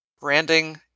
Branding